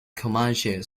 comanche